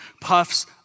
puffs